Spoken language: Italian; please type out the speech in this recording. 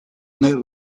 nel